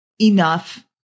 enough